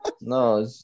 No